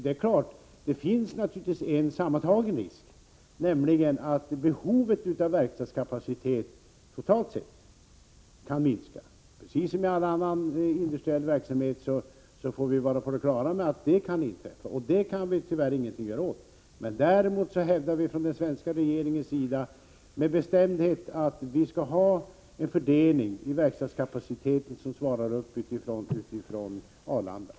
En risk finns det naturligtvis, nämligen att det sammantagna behovet av verkstadskapacitet totalt sett kan minska. Man måste vara på det klara med att detta kan inträffa, precis som i all annan industriell verksamhet, och detta kan vi tyvärr ingenting göra åt. Däremot hävdar den svenska regeringen med bestämdhet att vi skall ha en fördelning av verkstadsarbetena som svarar mot Arlandas kapacitet.